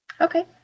okay